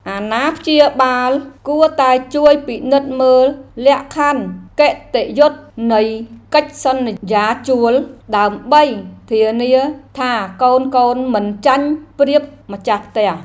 អាណាព្យាបាលគួរតែជួយពិនិត្យមើលលក្ខខណ្ឌគតិយុត្តនៃកិច្ចសន្យាជួល ដើម្បីធានាថាកូនៗមិនចាញ់ប្រៀបម្ចាស់ផ្ទះ។